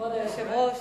כבוד היושב-ראש,